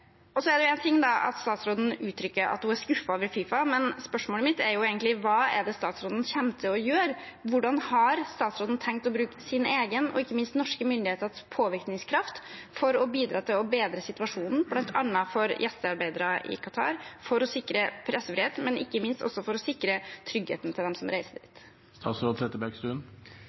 ting er at statsråden uttrykker at hun er skuffet over FIFA, men spørsmålet mitt er egentlig: Hva er det statsråden kommer til å gjøre? Hvordan har statsråden tenkt å bruke sin egen og ikke minst norske myndigheters påvirkningskraft for å bidra til å bedre situasjonen bl.a. for gjestearbeidere i Qatar, for å sikre pressefrihet og ikke minst for å sikre tryggheten til dem som reiser dit?